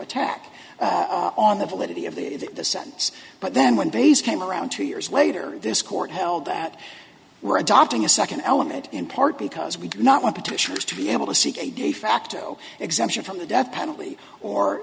attack on the validity of the sentence but then when bays came around two years later this court held that we're adopting a second element in part because we did not want petitioners to be able to seek a de facto exemption from the death penalty or